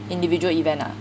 individual event ah